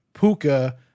Puka